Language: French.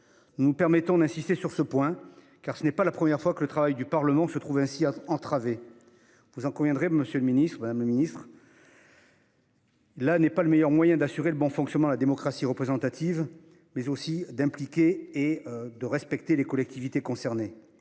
Nous nous permettons d'insister sur ce point, car ce n'est pas la première fois que le travail du Parlement se trouve ainsi entravé. Vous en conviendrez, madame la ministre, là n'est pas le meilleur moyen d'assurer le bon fonctionnement de la démocratie représentative ni d'impliquer et de respecter les collectivités concernées.